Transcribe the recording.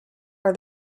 are